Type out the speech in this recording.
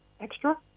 extra